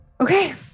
Okay